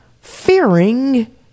Fearing